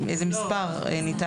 מספר.